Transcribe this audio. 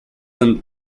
and